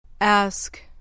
Ask